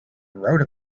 wrote